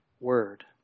Word